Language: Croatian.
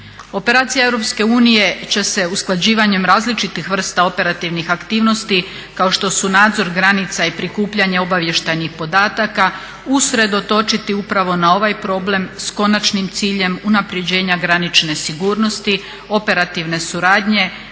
unije će se usklađivanjem različitih vrsta operativnih aktivnosti kao što su nadzor granica i prikupljanje obavještajnih podataka usredotočiti upravo na ovaj problem sa konačnim ciljem unapređenja granične sigurnosti, operativne suradnje,